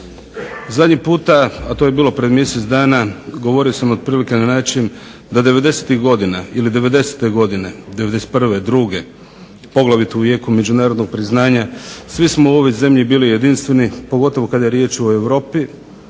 Zadnji puta, a to je bilo prije mjesec dana govorio sam otprilike na način da devedesetih godina ili '90. godine, '91., druge, poglavito u jeku međunarodnog priznanja svi smo u ovoj zemlji bili jedinstveni pogotovo kada je riječ o Europi,